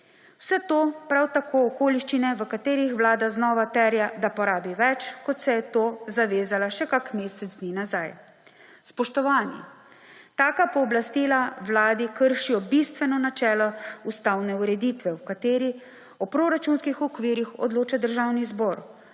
Vse to – prav tako okoliščine, v katerih Vlada znova terja, da porabi več, kot se je to zavezala še kak mesec dni nazaj. Spoštovani, taka pooblastila Vladi kršijo bistveno načelo ustavne ureditve, v kateri o proračunskih okvirih odloča Državni zbor.